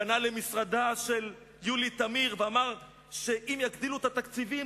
פנה למשרדה של יולי תמיר ואמר שאם יגדילו את התקציבים,